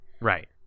Right